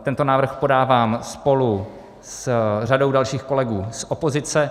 Tento návrh podávám spolu s řadou dalších kolegů z opozice.